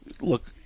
look